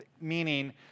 meaning